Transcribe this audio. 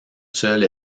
seule